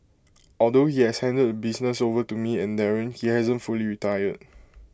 although he has handed the business over to me and Darren he hasn't fully retired